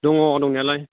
दङ दंनायालाय